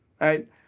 right